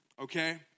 Okay